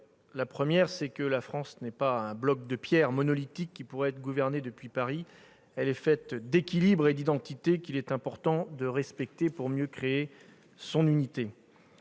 La première, c'est que la France n'est pas un bloc de pierre monolithique qui pourrait être gouverné depuis Paris. Elle est faite d'équilibres et d'identités qu'il est important de respecter pour mieux créer son unité.